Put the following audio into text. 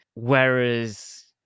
Whereas